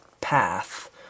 path